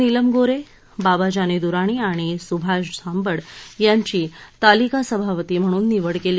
नीलम गोन्हे बाबाजानी दुराणी आणि सुभाष झांबड याची तालिका सभापती म्हणून निवड केली